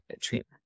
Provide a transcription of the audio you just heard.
treatment